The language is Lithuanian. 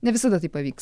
ne visada taip pavyks